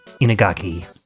Inagaki